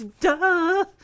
duh